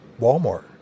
Walmart